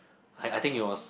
I I think it was